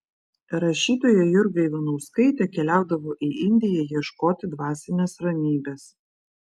rašytoja jurga ivanauskaitė keliaudavo į indiją ieškoti dvasinės ramybės